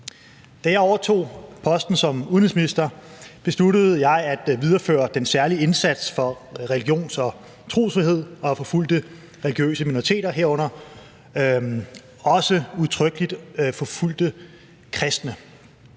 Da jeg overtog posten som udenrigsminister, besluttede jeg at videreføre den særlige indsats for religions- og trosfrihed og forfulgte religiøse minoriteter, herunder udtrykkeligt også forfulgte kristne,